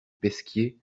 pesquier